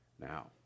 Now